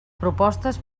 propostes